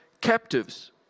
captives